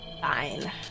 Fine